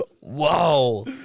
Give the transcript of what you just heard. Wow